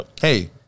hey